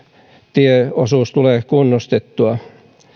tieosuus tulee kunnostettua